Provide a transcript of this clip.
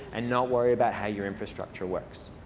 and not worry about how your infrastructure works.